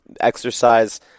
exercise